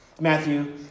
Matthew